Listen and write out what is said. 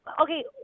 Okay